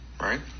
right